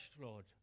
Lord